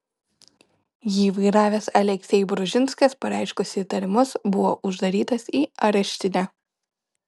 jį vairavęs aleksej bružinskas pareiškus įtarimus buvo uždarytas į areštinę